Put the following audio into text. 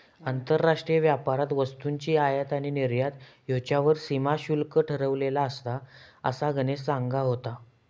आंतरराष्ट्रीय व्यापारात वस्तूंची आयात आणि निर्यात ह्येच्यावर सीमा शुल्क ठरवलेला असता, असा गणेश सांगा होतो